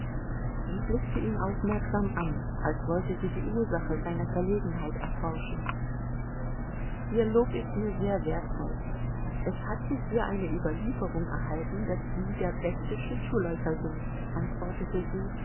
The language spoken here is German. sie blickte ihn aufmerksam an als wollte sie die ursache seiner verlegenheit erforschen ihr lob ist mir sehr wertvoll es hat sich hier eine überlieferung erhalten daß sie der beste schlittschuhläufer sind antwortete sie